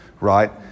Right